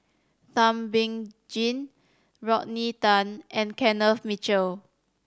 Thum Ping Tjin Rodney Tan and Kenneth Mitchell